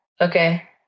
Okay